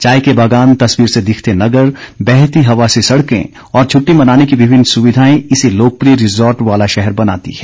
चाय के बागान तस्वीर से दिखते नगर बहती हवा सी सड़कें और छुट्टी मनाने की विभिन्न सुविधाएँ इसे लोकप्रिय रिजोर्ट वाला शहर बनाती हैं